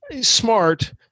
smart